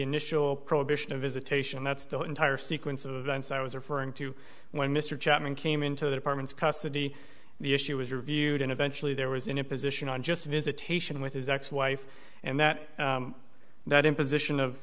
initial prohibition of visitation that's the entire sequence of events i was referring to when mr chapman came into the apartments custody the issue was reviewed and eventually there was an imposition on just visitation with his ex wife and that that imposition of